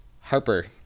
Harper